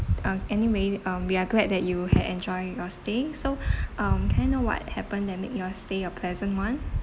uh anyway um we are glad that you had enjoy your stay so um can I know what happened that made your stay a pleasant one